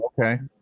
Okay